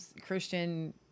Christian